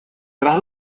tras